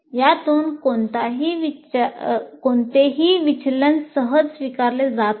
यातून कोणतेही विचलन सहज स्वीकारले जात नाही